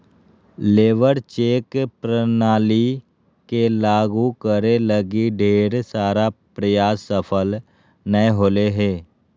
labour check प्रणाली के लागु करे लगी ढेर सारा प्रयास सफल नय होले हें